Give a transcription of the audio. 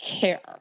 care